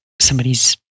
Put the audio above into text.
somebody's